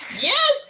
Yes